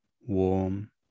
Warm